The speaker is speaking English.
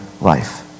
life